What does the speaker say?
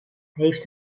heeft